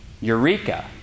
Eureka